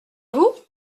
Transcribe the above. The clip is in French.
vous